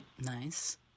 Nice